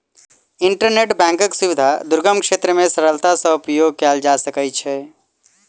internet बैंकक सुविधा दुर्गम क्षेत्र मे सरलता सॅ उपयोग कयल जा सकै छै